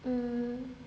mm